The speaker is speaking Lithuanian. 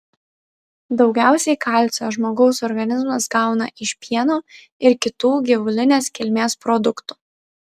daugiausiai kalcio žmogaus organizmas gauna iš pieno ir kitų gyvulinės kilmės produktų